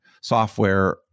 software